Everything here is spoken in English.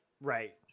Right